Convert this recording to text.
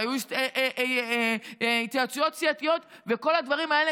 ויהיו התייעצויות סיעתיות וכל הדברים האלה,